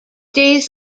days